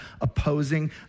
opposing